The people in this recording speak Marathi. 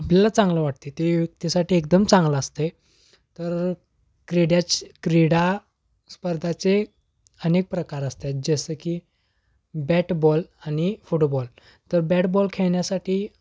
आपल्याला चांगलं वाटते ते व्यक्तीसाठी एकदम चांगलं असतंय तर क्रीड्याच क्रीडास्पर्धाचे अनेक प्रकार असतात जसं की बॅटबॉल आणि फुटबॉल तर बॅटबॉल खेळण्यासाठी